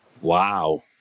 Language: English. Wow